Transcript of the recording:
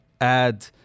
add